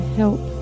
help